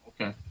okay